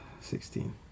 Sixteen